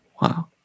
wow